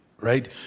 right